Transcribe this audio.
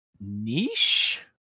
niche